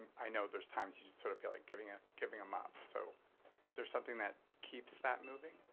i know there's times you sort of feel like giving ah giving them up. so is there something that keeps that moving?